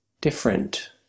different